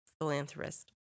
philanthropist